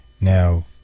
now